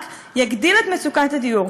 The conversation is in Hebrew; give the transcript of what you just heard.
רק יגדיל את מצוקת הדיור.